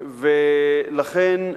לכן,